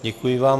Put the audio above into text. Děkuji vám.